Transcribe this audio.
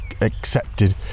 accepted